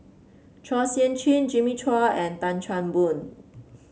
Chua Sian Chin Jimmy Chua and Tan Chan Boon